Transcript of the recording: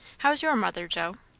how's your mother, joe?